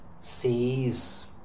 sees